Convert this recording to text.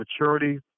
maturity